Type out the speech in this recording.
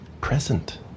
present